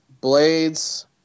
blades